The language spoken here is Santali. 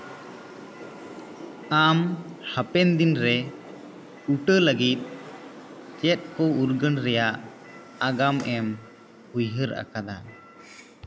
ᱟᱢ ᱦᱟᱯᱮᱱ ᱫᱤᱱᱨᱮ ᱩᱴᱟᱹ ᱞᱟᱹᱜᱤᱫ ᱪᱮᱫ ᱠᱚ ᱩᱨᱜᱟᱹᱱ ᱨᱮᱭᱟᱜ ᱟᱜᱟᱢ ᱮᱢ ᱩᱭᱦᱟᱹᱨ ᱟᱠᱟᱫᱟ